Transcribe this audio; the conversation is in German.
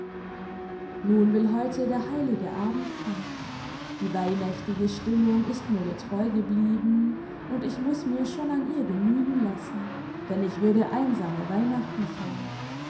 nun will heute der heilige abend kommen die weihnächtige stimmung ist mir getreu geblieben und ich muss mir schon an ihr genügen lassen denn ich würde einsame weihnachten feiern